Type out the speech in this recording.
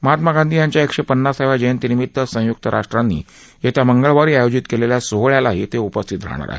महात्मा गांधी यांच्या एकशेपन्नासाव्या जयंतीनिमित संयुक्त राष्ट्रानं येत्या मंगळवारी आयोजित केलेल्या सोहळ्यालाही ते उपस्थित राहणार आहेत